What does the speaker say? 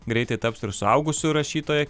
greitai taps ir suaugusių rašytoja